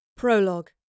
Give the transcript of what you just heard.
Prologue